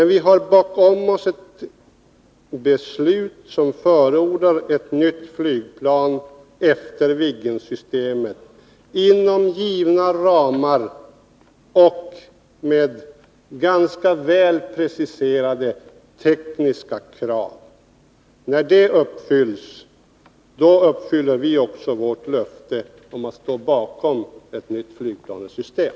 När vi har bakom oss ett beslut som förordar ett nytt flygplan efter Viggensystemet inom givna ramar och med ganska väl preciserade tekniska krav kommer vi att uppfylla vårt löfte om att stå bakom ett nytt flygplansystem.